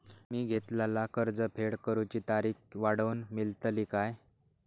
मी घेतलाला कर्ज फेड करूची तारिक वाढवन मेलतली काय?